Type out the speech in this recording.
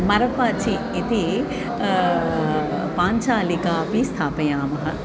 मरक्वाचि इति पाञ्चालिका अपि स्थापयामः